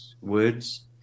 Words